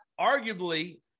arguably